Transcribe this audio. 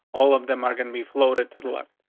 all of them are gonna be floated to the left.